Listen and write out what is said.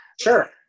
Sure